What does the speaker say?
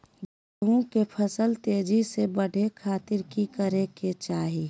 गेहूं के फसल तेजी से बढ़े खातिर की करके चाहि?